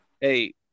Hey